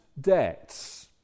debts